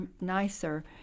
nicer